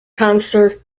conservation